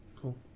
Cool